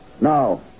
No